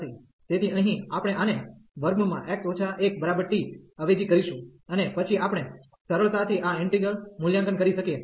તેથી અહીં આપણે આને x 1t અવેજી કરીશું અને પછી આપણે સરળતાથી આ ઈન્ટિગ્રલ મૂલ્યાંકન કરી શકીએ